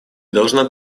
должна